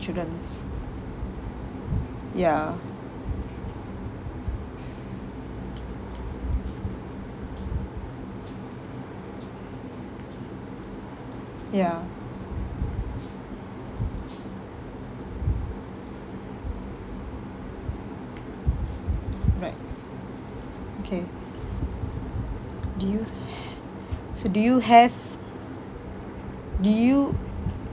insurance ya ya right okay do you ha~ so do you have do you